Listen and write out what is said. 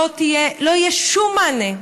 לא יהיה שום מענה.